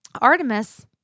Artemis